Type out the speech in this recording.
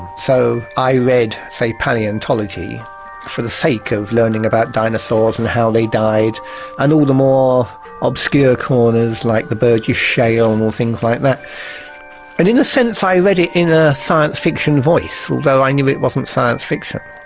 so i read, say, palaeontology for the sake of learning about dinosaurs and how they died and all the more obscure corners like the burgess shale and things like that. and in a sense i read it in a science fiction voice although i knew it wasn't science fiction.